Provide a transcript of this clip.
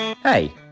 Hey